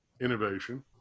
innovation